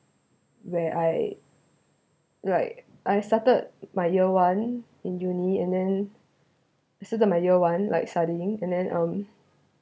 where I like I started my year one in uni and then started my year one like studying and then um